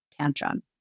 tantrum